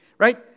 right